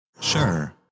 Sure